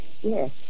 Yes